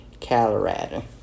Colorado